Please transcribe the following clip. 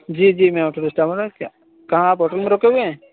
جی جی میں hotel staff بول رہا ہوں کیا کہاں آپ ہوٹل میں رکے ہوئے ہیں